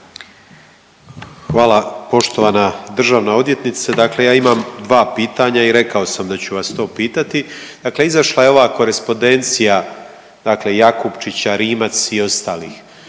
Poštovana državna odvjetnice, dakle ja imam dva pitanja i rekao sam da ću vas to pitati. Dakle izašla je ova korespondencija dakle Jakupčića, Rimac i ostalih,